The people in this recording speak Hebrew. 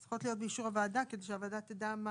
צריכות להיות באישור הוועדה כדי שהוועדה תדע מה.